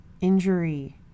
injury